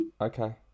okay